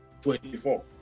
24